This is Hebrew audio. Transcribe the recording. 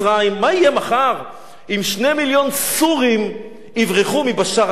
מה יהיה מחר אם 2 מיליון סורים יברחו מבשאר אסד?